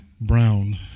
brown